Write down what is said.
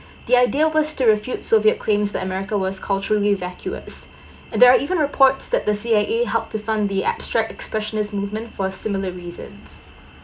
the idea was to refute soviet claims that america was culture evacuees there are even reports that the C_I_A help to fund the abstract expressionism movement for similar reasons